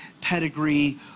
pedigree